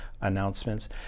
announcements